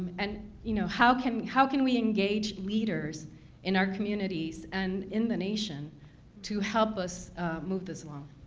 and you know how can how can we engage leaders in our communities and in the nation to help us move this along?